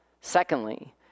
Secondly